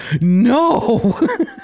No